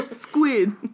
Squid